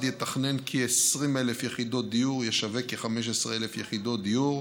יתכנן כ-20,000 יחידות דיור וישווק כ-15,000 יחידות דיור.